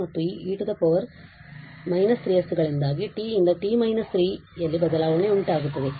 ಆದ್ದರಿಂದe −t sin t ಇರುತ್ತದೆ ಮತ್ತು ಈ e −3s ಗಳಿಂದಾಗಿt ಯಿಂದ t 3 ರಲ್ಲಿ ಬದಲಾವಣೆ ಉಂಟಾಗುತ್ತದೆ